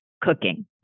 cooking